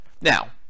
Now